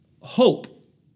hope